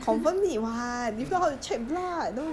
but I scared need to take out blood leh